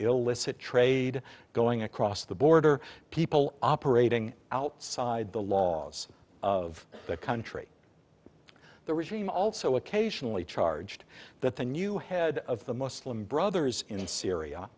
illicit trade going across the border people operating outside the laws of the country the regime also occasionally charged that the new head of the muslim brothers in syria